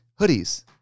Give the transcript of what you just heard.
hoodies